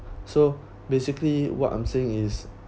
so basically what I'm saying is